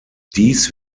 dies